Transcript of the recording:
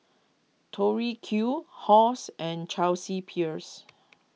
Tori Q Halls and Chelsea Peers